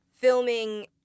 Filming